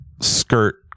skirt